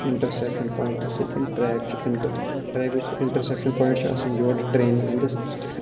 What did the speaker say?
interception points سۭتۍ track چھُ ٹرٛیکُک interception point چھُ آسان یورٕ ٹرٛین ہِنٛدِس